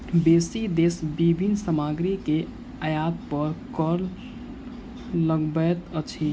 बेसी देश विभिन्न सामग्री के आयात पर कर लगबैत अछि